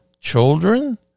Children